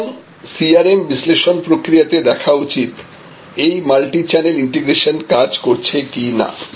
সুতরাং CRM বিশ্লেষণ প্রক্রিয়া তে দেখা উচিত এই মাল্টি চ্যানেল ইন্টিগ্রেশন কাজ করছে কিনা